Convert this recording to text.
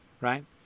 Right